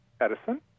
Edison